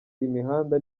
imihanda